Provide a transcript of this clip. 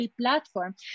platform